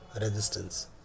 resistance